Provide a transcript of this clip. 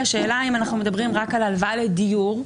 השאלה אם אנחנו מדברים רק על הלוואה לדיור,